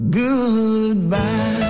goodbye